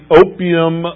opium